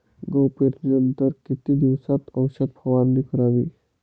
गहू पेरणीनंतर किती दिवसात औषध फवारणी करावी?